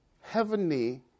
heavenly